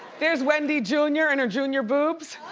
there's wendy junior and her junior boobs.